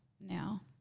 now